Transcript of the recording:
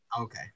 okay